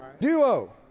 Duo